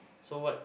so what